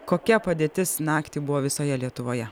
kokia padėtis naktį buvo visoje lietuvoje